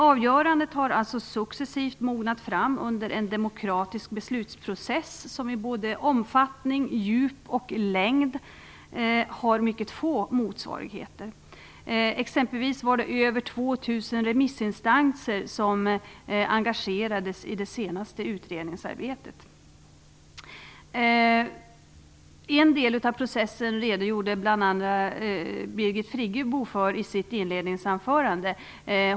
Avgörandet har successivt mognat fram under en demokratisk beslutsprocess, som i omfattning, djup och längd har mycket få motsvarigheter. I det senaste utredningsarbetet engagerades exempelvis över 2 000 En del av processen redogjorde bl.a. Birgit Friggebo för i sitt inledningsförande.